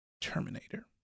Terminator